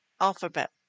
alphabet